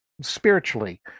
spiritually